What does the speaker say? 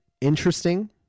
interesting